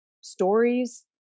stories